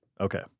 Okay